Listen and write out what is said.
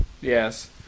Yes